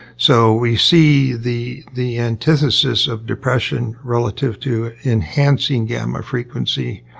so, we see the the antithesis of depression relative to enhancing gamma frequency.